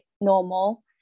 normal